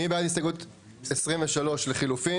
מי בעד הסתייגות 23 לחילופין?